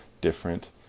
different